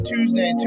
Tuesday